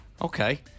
Okay